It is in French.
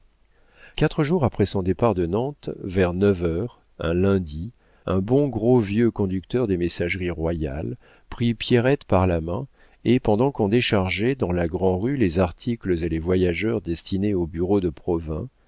quatre jours après son départ de nantes vers neuf heures un lundi un bon gros vieux conducteur des messageries royales prit pierrette par la main et pendant qu'on déchargeait dans la grand'rue les articles et les voyageurs destinés au bureau de provins